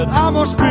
ah almost